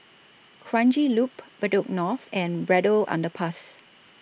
Kranji Loop Bedok North and Braddell Underpass